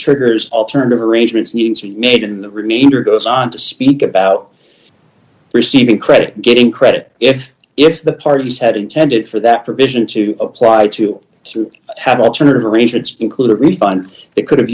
triggers alternative arrangements need to be made in the remainder goes on to speak about receiving credit and getting credit if if the parties had intended for that provision to apply to you to have alternative arrangements include a refund they could have